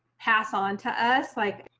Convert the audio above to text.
pass on to us. like,